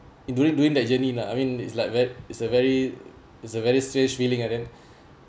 during during that journey lah I mean it's like ve~ it's a very it's a very strange feeling uh then